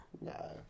No